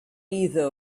either